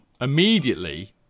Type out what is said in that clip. immediately